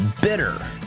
bitter